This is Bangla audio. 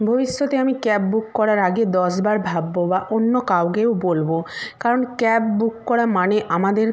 ভবিষ্যতে আমি ক্যাব বুক করার আগে দশবার ভাবব বা অন্য কাউকেও বলব কারণ ক্যাব বুক করা মানে আমাদের